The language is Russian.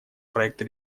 проекта